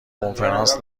کنفرانس